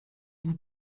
vous